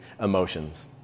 emotions